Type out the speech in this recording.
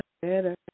better